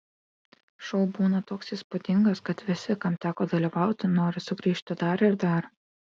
šou būna toks įspūdingas kad visi kam teko dalyvauti nori sugrįžti dar ir dar